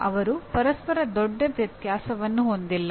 ಅವರು ಪರಸ್ಪರ ದೊಡ್ಡ ವ್ಯತ್ಯಾಸವನ್ನು ಹೊಂದಿಲ್ಲ